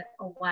away